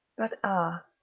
but ah,